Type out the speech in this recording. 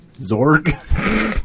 Zorg